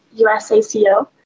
USACO